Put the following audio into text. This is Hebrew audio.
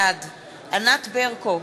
בעד ענת ברקו,